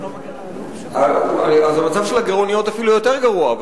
אז המצב של הגירעוניות אפילו יותר גרוע.